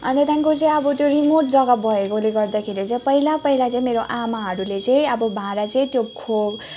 अन्त त्यहाँदेखिको चाहिँ अब त्यो रिमोट जग्गा भएकोले गर्दाखेरि चाहिँ पहिला पहिला चाहिँ मेरो आमाहरूले चाहिँ अब भाँडा चाहिँ त्यो खो